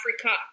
Africa